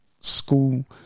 school